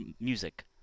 music